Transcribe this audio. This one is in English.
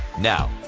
Now